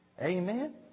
Amen